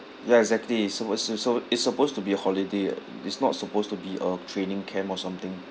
ya exactly so was also it's supposed to be a holiday ah it's not supposed to be a training camp or something